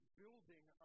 building